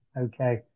Okay